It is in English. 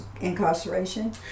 incarceration